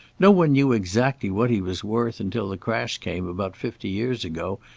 no one knew exactly what he was worth until the crash came about fifty years ago,